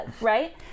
right